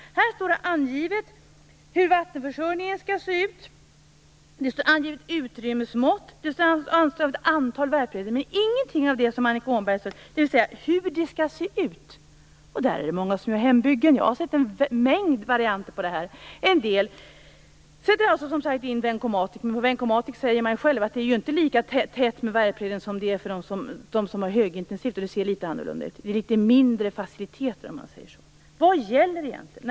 Här står angivet hur vattenförsörjningen skall se ut, utrymmesmått finns angivna och antalet värpreden tas upp. Men det står ingenting om hur det skall se ut. Många gör hembyggen. Jag har sett en mängd varianter på detta. En del sätter som sagt in Vencomatic, men på Vencomatic säger man ju själv att det inte är lika tätt med värpreden som för dem som har högintensiv drift - det ser ju litet annorlunda ut. Det är litet mindre faciliteter, om man säger så. Vad gäller egentligen?